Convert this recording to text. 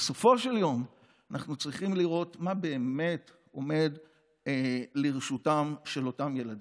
בסופו של יום אנחנו צריכים לראות מה באמת עומד לרשותם של אותם ילדים.